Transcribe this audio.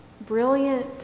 brilliant